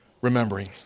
remembering